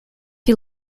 you